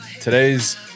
Today's